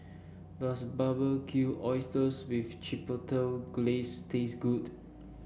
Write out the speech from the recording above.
does Barbecued Oysters with Chipotle Glaze taste good